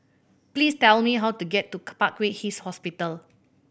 please tell me how to get to Parkway East Hospital